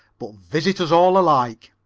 but visit us all alike.